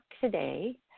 today